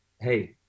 Hey